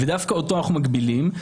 ודווקא אותו אנחנו מגבילים.